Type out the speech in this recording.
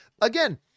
Again